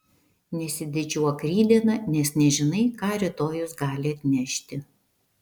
nesididžiuok rytdiena nes nežinai ką rytojus gali atnešti